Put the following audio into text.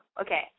Okay